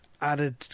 added